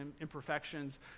imperfections